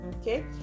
okay